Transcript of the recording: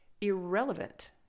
Irrelevant